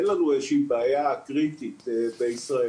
אין לנו איזו בעיה קריטית בישראל.